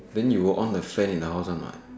then you will on the fan in the house one night